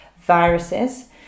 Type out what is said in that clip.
viruses